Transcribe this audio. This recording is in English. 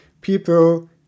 People